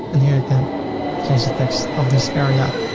and here you can change the text of this area.